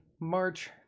March